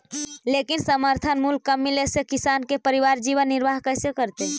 लेकिन समर्थन मूल्य कम मिले से किसान के परिवार जीवन निर्वाह कइसे करतइ?